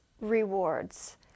rewards